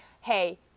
hey